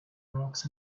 rocks